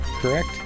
correct